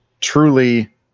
truly